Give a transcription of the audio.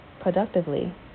productively